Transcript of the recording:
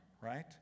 right